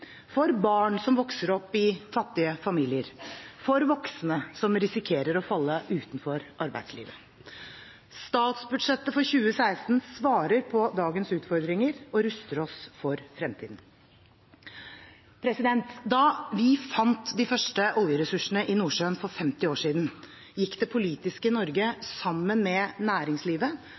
for barn som vokser opp i fattige familier, for voksne som risikerer å falle utenfor arbeidslivet. Statsbudsjettet for 2016 svarer på dagens utfordringer og ruster oss for fremtiden. Da vi fant de første oljeressursene i Nordsjøen for 50 år siden, gikk det politiske Norge sammen med næringslivet